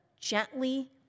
gently